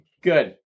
Good